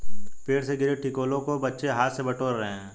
पेड़ से गिरे टिकोलों को बच्चे हाथ से बटोर रहे हैं